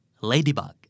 Ladybug